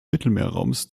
mittelmeerraums